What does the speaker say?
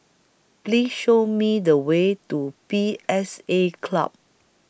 Please Show Me The Way to P S A Club